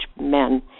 men